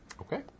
Okay